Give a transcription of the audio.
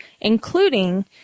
including